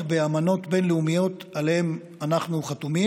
באמנות בין-לאומיות שעליהן אנחנו חתומים,